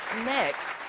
next,